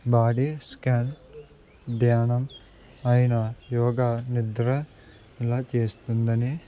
body scan ధ్యానం అయిన యోగా నిద్ర ఇలా చేస్తుంది అని